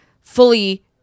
fully